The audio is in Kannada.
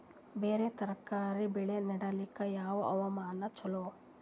ಬೇರ ತರಕಾರಿ ಬೆಳೆ ನಡಿಲಿಕ ಯಾವ ಹವಾಮಾನ ಚಲೋ?